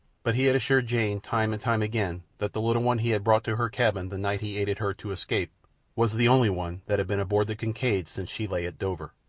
but he had assured jane time and time again that the little one he had brought to her cabin the night he aided her to escape was the only one that had been aboard the kincaid since she lay at dover.